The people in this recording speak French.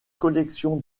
collection